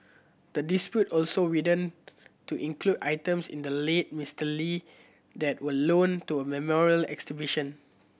the dispute also widened to include items in the late Mister Lee that were loaned to a memorial exhibition